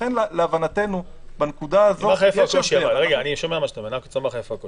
לכן להבנתנו בנקודה הזאת יש --- אני שומע מה שאתה אומר,